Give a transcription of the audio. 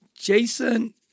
Jason